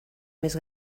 més